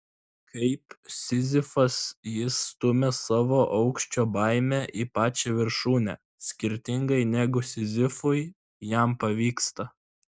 kaip sizifas jis stumia savo aukščio baimę į pačią viršūnę skirtingai negu sizifui jam pavyksta